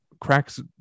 cracks